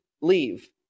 leave